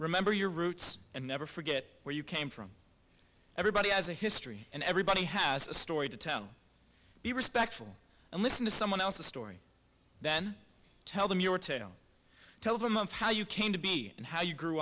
remember your roots and never forget where you came from everybody has a history and everybody has a story to tell be respectful and listen to someone else's story then tell them your tale tell them of how you came to be and how you grew